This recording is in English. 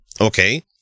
Okay